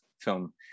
film